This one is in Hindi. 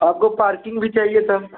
आपको पार्किंग भी चाहिए तो